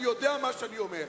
אני יודע מה שאני אומר.